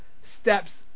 steps